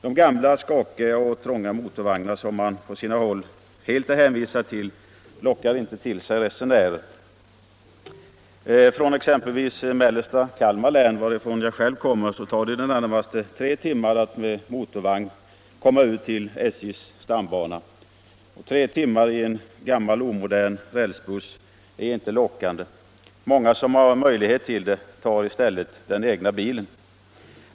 De gamla, skakiga och trånga motorvagnar som man på sina håll är helt hänvisad till lockar inte till sig resenärer. Från exempelvis mellersta Kalmar län, varifrån jag själv kommer, tar det i det närmaste tre timmar att med motorvagn komma ut till SJ:s stambana. Och tre timmar i en gammal, omodern rälsbuss är inte lockande. Många som har möjlighet till det tar i stället den egna bilen.